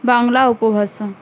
বাংলা উপভাষা